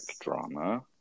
drama